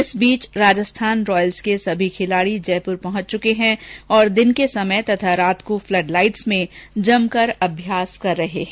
इस बीच राजस्थान रॉयल्स के सभी खिलाड़ी जयपुर पहुंच चुके हैं और दिन के समय तथा रात को फ्लड लाइटस में जमकर अभ्यास कर रहे हैं